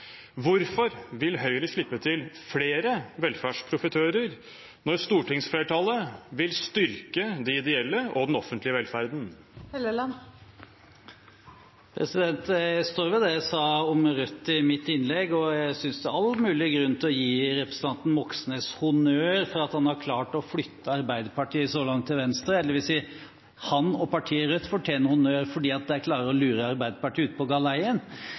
Hvorfor vil Høyre slippe til flere velferdsprofitører når stortingsflertallet vil styrke de ideelle og den offentlige velferden? Jeg står ved det jeg sa om Rødt i mitt innlegg. Jeg synes det er all mulig grunn til å gi representanten Moxnes honnør for at han har klart å flytte Arbeiderpartiet så langt til venstre, dvs. han og partiet Rødt fortjener honnør fordi de klarer å lure Arbeiderpartiet ut på